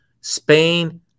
Spain